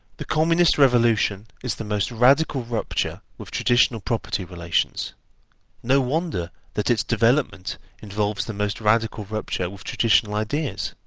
the communist revolution is the most radical rupture with traditional property relations no wonder that its development involves the most radical rupture with traditional ideas.